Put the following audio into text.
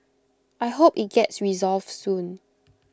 I hope IT gets resolved soon